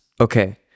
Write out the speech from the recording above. Okay